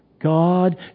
God